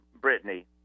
Brittany